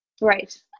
right